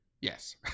Yes